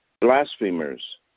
blasphemers